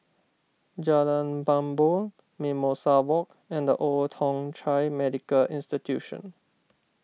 Jalan Bumbong Mimosa Walk and the Old Thong Chai Medical Institution